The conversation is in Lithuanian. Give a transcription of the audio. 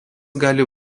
gali